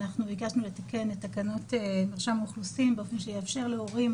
אנחנו ביקשנו לתקן את תקנות מרשם האוכלוסין באופן שיאפשר להורים